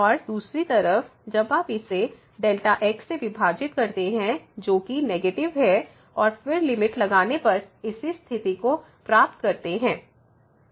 और दूसरी तरफ जब आप इसे Δx से विभाजित करते हैं जोकि नेगेटिव है और फिर लिमिट लगाने पर इसी स्थिति को प्राप्त करते हैं